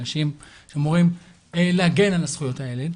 האנשים שאמורים להגן על זכויות הילד.